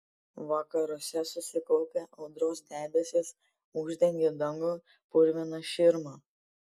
vakaruose susikaupę audros debesys uždengė dangų purvina širma